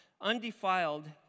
undefiled